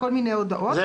כל מיני הודעות.